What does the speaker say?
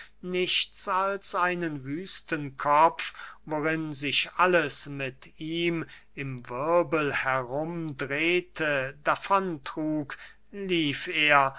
nichts als einen wüsten kopf worin sich alles mit ihm im wirbel herumdrehte davon trug lief er